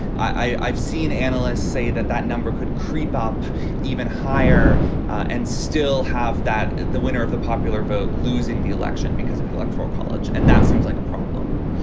i've seen analysts say that that number could creep up even higher and still have that the winner of the popular vote losing the election because of the electoral college. and that seems like a problem.